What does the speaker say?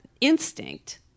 instinct